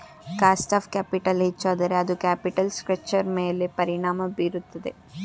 cost of capital ಹೆಚ್ಚಾದರೆ ಅದು capital ಸ್ಟ್ರಕ್ಚರ್ನ ಮೇಲೆ ಪರಿಣಾಮ ಬೀರುತ್ತದೆ